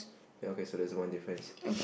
then okay so there's one difference